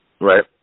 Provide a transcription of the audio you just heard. right